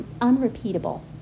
unrepeatable